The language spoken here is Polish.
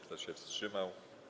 Kto się wstrzymał?